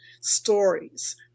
stories